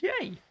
yay